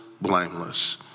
blameless